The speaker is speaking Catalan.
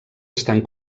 estan